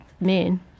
men